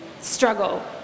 struggle